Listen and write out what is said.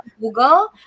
google